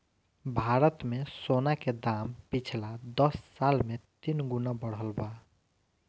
भारत मे सोना के दाम पिछला दस साल मे तीन गुना बढ़ल बा